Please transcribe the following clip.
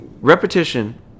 repetition